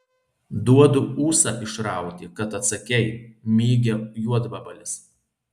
duodu ūsą išrauti kad atsakei mygia juodvabalis